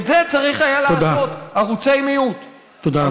את זה צריך היה לעשות, ערוצי מיעוט, תודה רבה.